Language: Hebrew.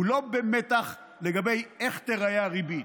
והוא לא במתח לגבי איך תיראה הריבית.